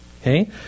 Okay